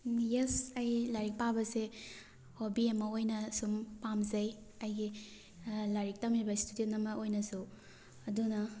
yes ꯑꯩ lyric ꯄꯥꯕꯁꯦ hobby ꯑꯃ ꯑꯣꯏꯅ ꯁꯨꯝ ꯄꯥꯃꯖꯩ ꯑꯩꯒꯤ ꯂꯥꯏꯔꯤꯛ ꯇꯃꯃꯤꯕ ꯏꯁꯇꯨꯗꯦꯟ ꯑꯃ ꯑꯣꯏꯅꯁꯨ ꯑꯗꯨꯅ